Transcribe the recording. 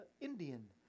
Indian